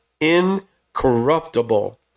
incorruptible